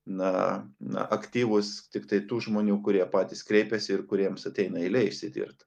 na na aktyvūs tiktai tų žmonių kurie patys kreipiasi ir kuriems ateina eilė išsitirt